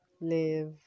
Live